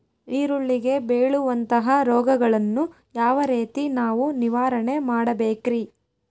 ಈರುಳ್ಳಿಗೆ ಬೇಳುವಂತಹ ರೋಗಗಳನ್ನು ಯಾವ ರೇತಿ ನಾವು ನಿವಾರಣೆ ಮಾಡಬೇಕ್ರಿ?